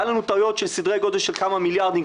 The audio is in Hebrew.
היו לנו טעויות של סדרי גודל של כמה מיליארדים,